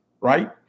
right